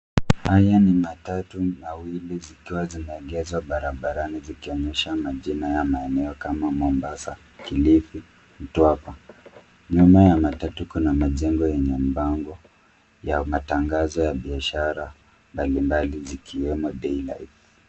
Haya ni matatu mawili zikiwa zimeegeshwa barabarani zikionyesha majina ya maeneo kama Mombasa, Kilifi, Mtwapa. Nyuma ya matatu kuna majengo yenye mabango ya matangazo ya biashara zikiwemo DayLiff .